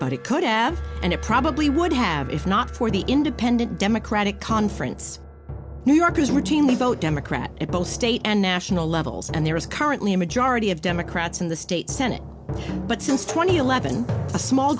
but it could have and it probably would have if not for the independent democratic conference new yorkers reaching the vote democrat at both state and national levels and there is currently a majority of democrats in the state senate but since two thousand and eleven a small